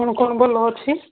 କ'ଣ କ'ଣ ଅଛି